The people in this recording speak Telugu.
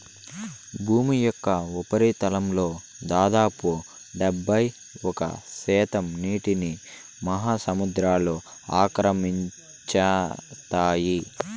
భూమి యొక్క ఉపరితలంలో దాదాపు డెబ్బైఒక్క శాతం నీటిని మహాసముద్రాలు ఆక్రమించాయి